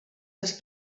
les